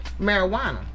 marijuana